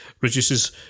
reduces